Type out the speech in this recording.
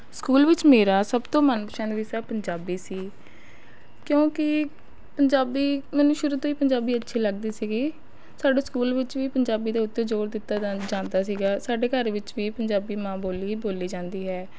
school ਵਿੱਚ ਮੇਰਾ ਸਭ ਤੋਂ ਮਨਪਸੰਦ ਵਿਸ਼ਾ ਪੰਜਾਬੀ ਸੀ ਕਿਉਂਕਿ ਪੰਜਾਬੀ ਮੈਨੂੰ ਸ਼ੁਰੂ ਤੋਂ ਹੀ ਪੰਜਾਬੀ ਅੱਛੀ ਲੱਗਦੀ ਸੀਗੀ ਸਾਡੇ ਸਕੂਲ ਵਿੱਚ ਵੀ ਪੰਜਾਬੀ ਦੇ ਉੱਤੇ ਜ਼ੋਰ ਦਿੱਤਾ ਜਾ ਜਾਂਦਾ ਸੀਗਾ ਸਾਡੇ ਘਰ ਵਿੱਚ ਵੀ ਪੰਜਾਬੀ ਮਾਂ ਬੋਲੀ ਬੋਲੀ ਜਾਂਦੀ ਹੈ